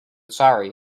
sorry